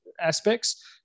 aspects